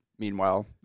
Meanwhile